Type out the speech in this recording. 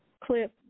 clip